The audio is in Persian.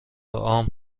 عام